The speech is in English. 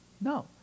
No